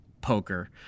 poker